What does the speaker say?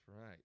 right